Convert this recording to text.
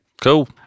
cool